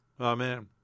Amen